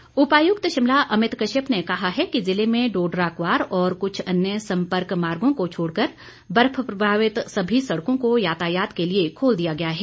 DC Shimla उपायुक्त शिमला अमित कश्यप ने कहा है कि ज़िले में डोडराक्वार और कुछ अन्य संपर्क मार्गों को छोड़कर बर्फ प्रभावित सभी सड़कों को यातायात के लिए खोल दिया गया है